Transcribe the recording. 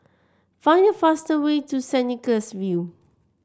find the fastest way to Saint Nicholas View